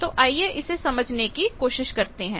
तो आइए इसे समझने की कोशिश करते हैं